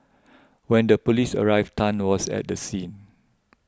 when the police arrived Tan was at the scene